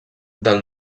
del